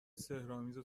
سحرآمیز